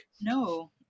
no